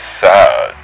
sad